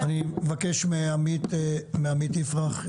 אני מבקש מעמית יפרח,